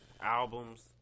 Albums